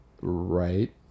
Right